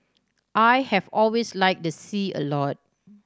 I have always like the sea a lot